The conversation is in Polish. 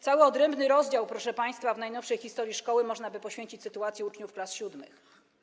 Cały odrębny rozdział, proszę państwa, w najnowszej historii szkoły można by poświęcić sytuacji uczniów klas VII.